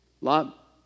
Lot